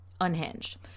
unhinged